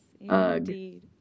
indeed